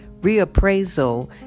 reappraisal